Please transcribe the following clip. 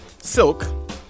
silk